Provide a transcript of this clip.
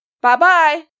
Bye-bye